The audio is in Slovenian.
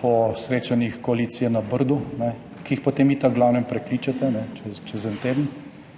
po srečanjih koalicije na Brdu, ki jih potem itak v glavnem prekličete čez en teden